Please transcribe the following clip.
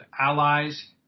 allies